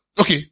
okay